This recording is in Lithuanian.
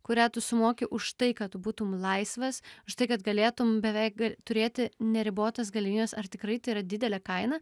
kurią tu sumoki už tai kad tu būtum laisvas už tai kad galėtum beveik turėti neribotas galimybes ar tikrai tai yra didelė kaina